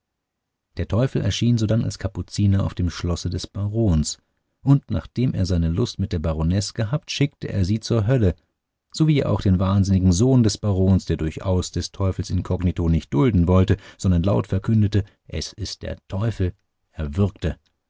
der teufel erschien sodann als kapuziner auf dem schlosse des barons und nachdem er seine lust mit der baronesse gehabt schickte er sie zur hölle so wie er auch den wahnsinnigen sohn des barons der durchaus des teufels inkognito nicht dulden wollte sondern laut verkündete es ist der teufel